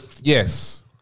yes